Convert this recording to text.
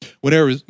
Whenever